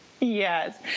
yes